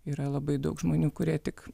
yra labai daug žmonių kurie tik